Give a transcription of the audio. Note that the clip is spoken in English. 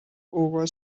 over